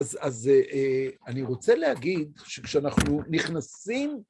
אז אני רוצה להגיד שכשאנחנו נכנסים...